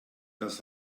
das